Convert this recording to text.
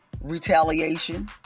retaliation